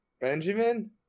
Benjamin